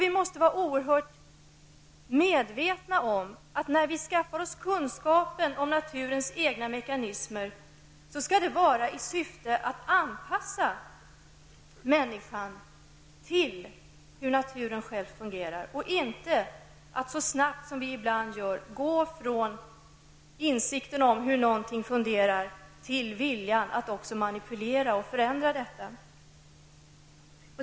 Vi måste vara oerhört medvetna om att när vi skaffar oss kunskapen om naturens egna mekanismer skall det ske i syfte att anpassa människan till hur naturen fungerar, och inte att så snabbt som vi ibland gör gå från insikten om hur något fungerar till viljan att också manipulera och förändra detta.